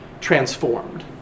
transformed